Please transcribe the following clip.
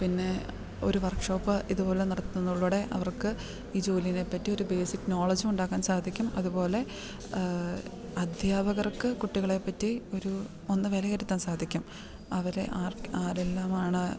പിന്നെ ഒരു workshop ഇതുപോലെ നടത്തുന്നതിലൂടെ അവർക്ക് ഈ ജോലീനെപ്പറ്റി ഒരു ബേസിക് നോളജും ഉണ്ടാക്കാൻ സാധിക്കും അതുപോലെ അധ്യാപകർക്ക് കുട്ടികളെപ്പറ്റി ഒരു ഒന്ന് വിലയിരുത്താൻ സാധിക്കും അവരെ ആർക്ക് ആരെല്ലാമാണ്